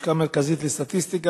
הלשכה המרכזית לסטטיסטיקה,